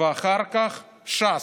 ואחר כך ש"ס.